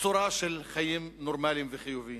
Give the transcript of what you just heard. צורה של חיים נורמליים וחיוביים.